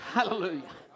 Hallelujah